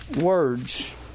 words